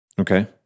Okay